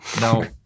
Now